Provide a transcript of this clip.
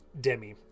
Demi